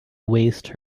waste